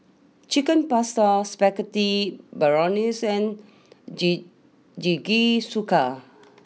Chicken Pasta Spaghetti Bolognese Jing Jingisukan